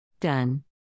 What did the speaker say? Done